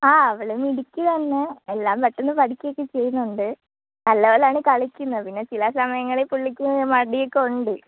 ആ അവൾ മിടുക്കി തന്നെ എല്ലാം പെട്ടെന്ന് പഠിക്കുക ഒക്കെ ചെയ്യുന്നുണ്ട് കളിക്കുന്നത് പിന്നെ ചില സമയങ്ങളിൽ പുള്ളിക്ക് മടിയൊക്കെ ഉണ്ട്